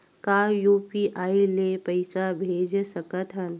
का यू.पी.आई ले पईसा भेज सकत हन?